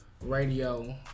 Radio